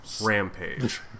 Rampage